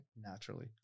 naturally